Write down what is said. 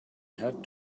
had